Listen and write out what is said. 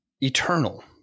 eternal